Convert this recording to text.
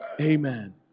Amen